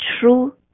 true